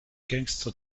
gangster